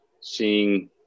seeing